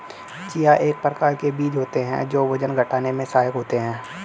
chia एक प्रकार के बीज होते हैं जो वजन घटाने में सहायक होते हैं